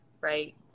right